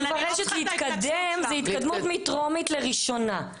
להתקדם זה התקדמות מטרומית לראשונה,